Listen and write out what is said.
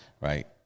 Right